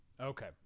Okay